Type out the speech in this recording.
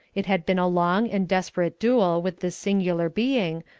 it had been a long and desperate duel with this singular being,